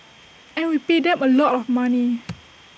and we pay them A lot of money